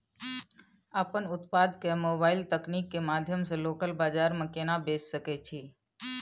अपन उत्पाद के मोबाइल तकनीक के माध्यम से लोकल बाजार में केना बेच सकै छी?